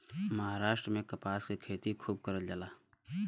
महाराष्ट्र में कपास के खेती खूब करल जाला